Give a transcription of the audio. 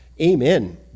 Amen